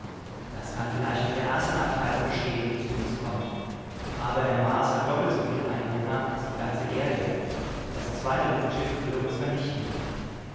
das kann vielleicht mit der ersten abteilung geschehen die zu uns kommt aber der mars hat doppelt soviel bewohner als die ganze erde das zweite luftschiff würde uns vernichten